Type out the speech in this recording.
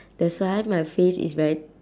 that's why my face is very